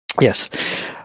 Yes